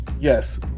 yes